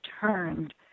turned